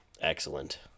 Excellent